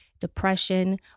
depression